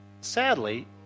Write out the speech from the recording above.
sadly